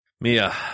Mia